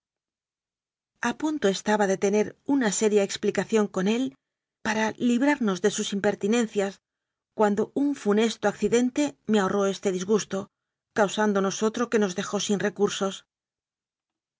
punto estaba de tener una seria explicación con él para librarnos de sus impertinencias cuan do un funesto accidente me ahorró este disgusto causándonos otro que nos dejó sin recursos